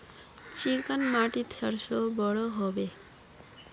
Chicken माटित सरसों बढ़ो होबे?